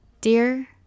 Dear